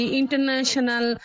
international